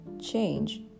change